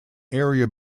area